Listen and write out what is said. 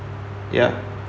ya